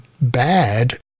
bad